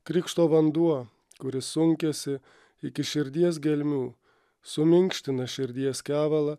krikšto vanduo kuris sunkiasi iki širdies gelmių suminkština širdies kevalą